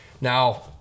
Now